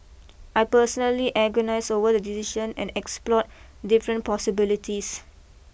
I personally agonised over the decision and explored different possibilities